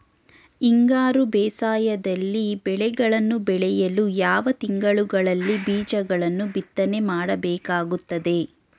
ಹಿಂಗಾರು ಬೇಸಾಯದಲ್ಲಿ ಬೆಳೆಗಳನ್ನು ಬೆಳೆಯಲು ಯಾವ ತಿಂಗಳುಗಳಲ್ಲಿ ಬೀಜಗಳನ್ನು ಬಿತ್ತನೆ ಮಾಡಬೇಕಾಗುತ್ತದೆ?